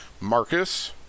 Marcus